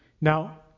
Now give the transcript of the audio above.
Now